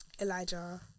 elijah